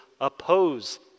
oppose